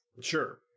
Sure